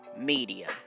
media